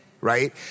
right